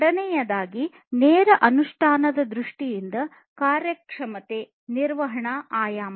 ಎರಡನೆಯದಾಗಿ ನೇರ ಅನುಷ್ಠಾನದ ದೃಷ್ಟಿಯಿಂದ ಕಾರ್ಯಕ್ಷಮತೆ ನಿರ್ವಹಣಾ ಆಯಾಮ